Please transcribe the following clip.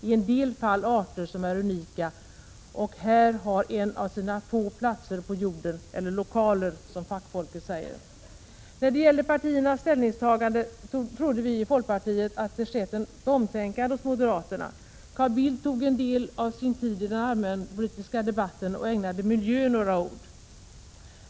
I en del fall gäller det arter som är unika och här har en av sina få platser på jorden — eller lokaler som fackfolk säger. När det gäller partiernas ställningstagande trodde vi i folkpartiet att det skett ett omtänkande hos moderaterna. Carl Bildt tog en del av sin tid i den allmänpolitiska debatten och ägnade miljön några ord.